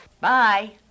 Bye